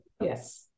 Yes